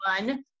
one